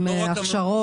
הכשרות.